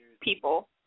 people